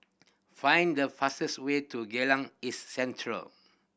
find the fastest way to Geylang East Central